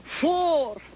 four